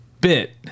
bit